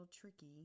tricky